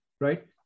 right